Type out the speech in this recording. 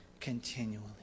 continually